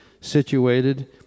situated